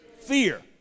fear